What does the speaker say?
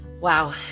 Wow